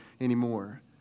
anymore